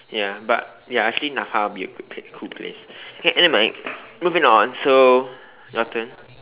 ya but ya actually N_A_F_A would be a good place good place okay anyway moving on so your turn